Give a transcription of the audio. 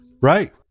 right